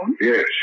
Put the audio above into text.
Yes